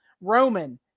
Roman